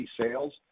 sales